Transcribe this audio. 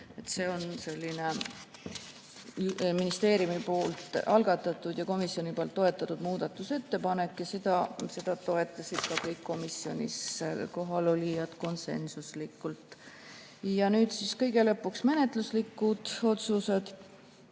See on selline ministeeriumi poolt algatatud ja komisjoni poolt toetatud muudatusettepanek ja seda toetasid kõik komisjonis kohal olnud konsensuslikult. Ja nüüd kõige lõpuks menetluslikud otsused.